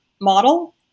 model